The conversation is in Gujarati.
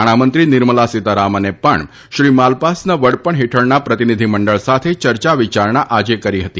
નાણામંત્રી નિર્મલા સીતારામને પણ શ્રી માલપાસના વડપણ હેઠળના પ્રતિનિધિમંડળ સાથે યર્યા વિયારણા આજે કરી હતી